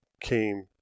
came